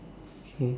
okay